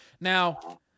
Now